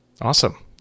Awesome